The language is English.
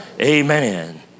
amen